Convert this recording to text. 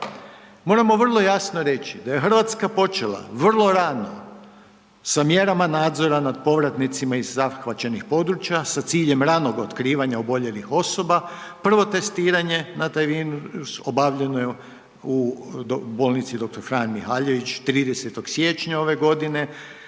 Moramo vrlo jasno reći da je Hrvatska počela vrlo rano sa mjerama nadzora nad povratnicima iz zahvaćenih područja sa ciljem ranog otkrivanja oboljelih osoba, prvo testiranje na taj virus, obavljeno je u bolnici dr. Fran Mihaljević 30. siječnja ove godine.